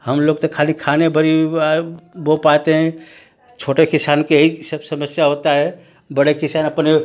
हम लोग तो खाली खाने भर ही बो पाते हैं छोटे किसान के ही इ सब समस्या होता है बड़े किसान अपने